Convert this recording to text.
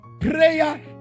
Prayer